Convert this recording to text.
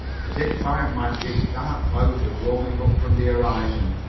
as if by magic dark clouds were rolling up from the horizon.